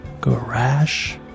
garage